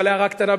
אבל הערה קטנה,